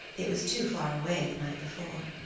it was too far away the night before.